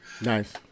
Nice